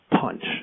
punch